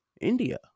India